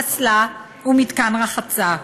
אסלה ומתקן רחצה,